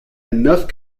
enough